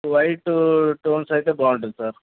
white stones అయితే బాగుంటుంది sir